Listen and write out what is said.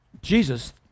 jesus